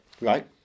Right